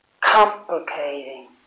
complicating